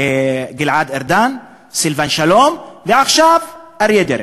גלעד ארדן, סילבן שלום ועכשיו אריה דרעי.